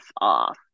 off